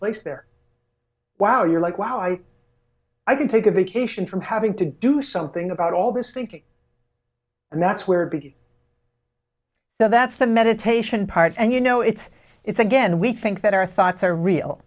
place there wow you're like wow i i can take a vacation from having to do something about all this thinking and that's where biggy now that's the meditation part and you know it's it's again we think that our thoughts are real